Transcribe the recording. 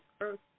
earth